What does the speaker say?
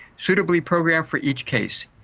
suitably programmed for each case.